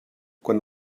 quant